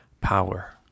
power